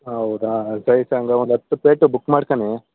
ಹೌದಾ ಸರಿ ಸಾರ್ ಹಂಗಾರ್ ಒಂದು ಹತ್ತು ಪ್ಲೇಟು ಬುಕ್ ಮಾಡ್ಕಣಿ